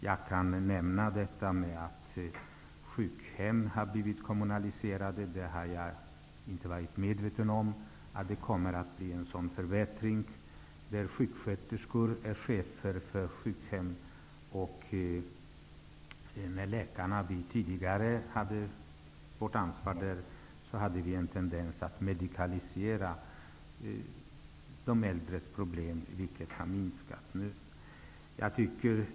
Jag kan nämna detta med att sjukhem har blivit kommunaliserade. Jag har inte varit medveten om den förbättring som kommer att ske, när sjuksköterskor blir chefer för sjukhemmen. När vi läkare tidigare hade ansvaret där hade vi en tendens att medikalisera de äldres problem, men detta har nu minskat.